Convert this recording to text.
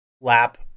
lap